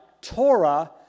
Torah